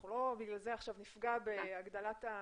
אנחנו לא נפגע בגלל זה בהגדלה המכסה,